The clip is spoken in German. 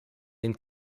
den